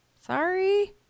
sorry